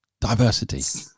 Diversity